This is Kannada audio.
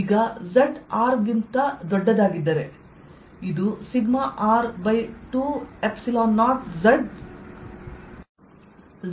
ಈಗ z R ಆಗಿದ್ದರೆ ಇದು σR20zzR zRಗೆ ಹೋಗುತ್ತದೆ